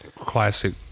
classic